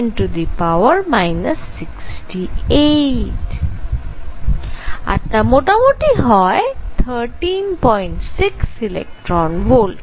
আর তা মোটামুটি হয় 136 ইলেকট্রন ভোল্ট